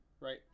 right